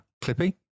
clippy